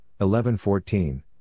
11-14